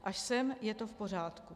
Až sem je to v pořádku.